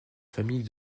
famille